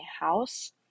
house